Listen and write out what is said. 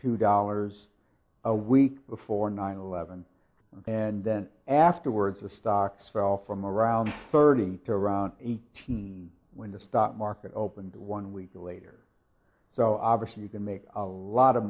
two dollars a week before nine eleven and then afterwards the stock fell from around thirty to around eighteen when the stock market opened one week later so obviously you can make a lot of